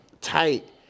tight